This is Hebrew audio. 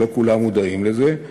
שלא כולם מודעים לזה,